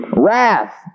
Wrath